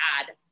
add